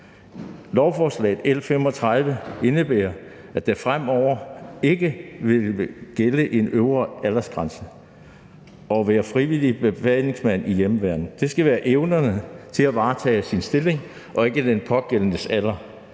Lovforslag L 35 indebærer, at der fremover ikke vil gælde en øvre aldersgrænse for at være frivillig befalingsmand i hjemmeværnet. Det skal være den pågældendes evner til at varetage sin stilling og ikke den pågældendes alder,